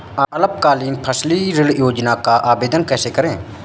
अल्पकालीन फसली ऋण योजना का आवेदन कैसे करें?